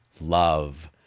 love